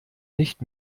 nicht